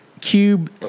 cube